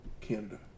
Canada